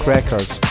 Records